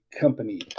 company